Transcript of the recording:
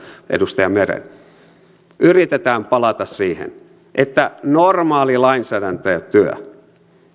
edustaja meren ja eräitä muita yritetään palata siihen että normaali lainsäädäntötyö